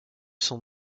son